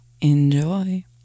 Enjoy